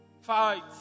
Fight